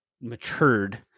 matured